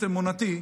את אמונתי,